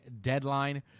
deadline